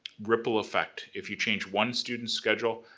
ripple effect. if you change one student's schedule,